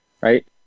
right